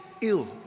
ill